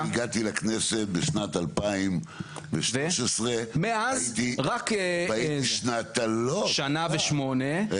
אני הגעתי לכנסת בשנת 2013. מאז רק שנה ושמונה --- לא.